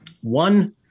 one